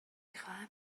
خواهم